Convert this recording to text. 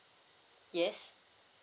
yes